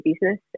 business